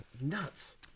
nuts